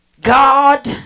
God